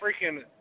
freaking